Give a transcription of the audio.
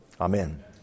Amen